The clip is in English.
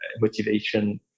motivation